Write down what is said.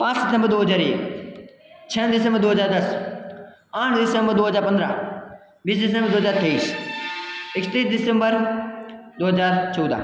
पाँच सितंबर दो हज़ार छः दिसम्बर दो हज़ार दस आठ दिसम्बर दो हज़ार पंद्राह बीस दिसम्बर दो हज़ार तेईस इकतीस दिसम्बर दो हज़ार चौदह